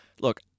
Look